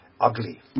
Ugly